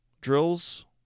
drills